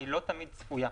לא תמיד צפויה,